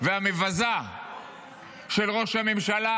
והמבזה של ראש הממשלה,